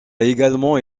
également